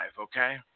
okay